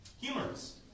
humorous